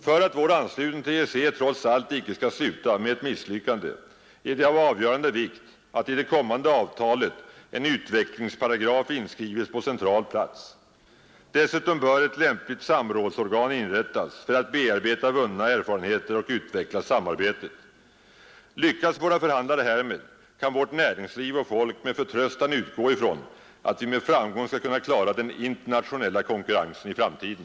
För att vår anslutning till EEC trots allt icke skall sluta med ett misslyckande är det av avgörande vikt att i det kommande avtalet en utvecklingsparagraf inskrives på central plats. Dessutom bör ett lämpligt samrådsorgan inrättas för att bearbeta vunna erfarenheter och utveckla samarbetet. Lyckas våra förhandlare härmed kan vårt näringsliv och folk med förtröstan utgå ifrån att vi med framgång skall kunna klara den internationella konkurrensen i framtiden.